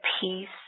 peace